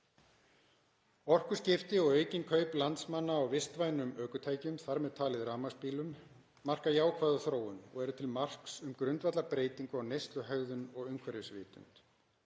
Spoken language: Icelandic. Orkuskipti og aukin kaup landsmanna á vistvænum ökutækjum, þ.m.t. rafmagnsbílum, marka jákvæða þróun og eru til marks um grundvallarbreytingu á neysluhegðun og umhverfisvitund.